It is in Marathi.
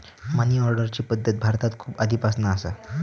मनी ऑर्डरची पद्धत भारतात खूप आधीपासना असा